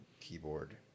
keyboard